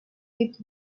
with